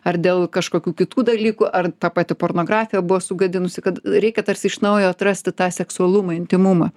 ar dėl kažkokių kitų dalykų ar ta pati pornografija buvo sugadinusi kad reikia tarsi iš naujo atrasti tą seksualumą intymumą